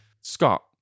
Scott